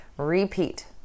Repeat